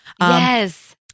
Yes